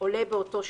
עולה באותו שבוע,